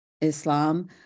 Islam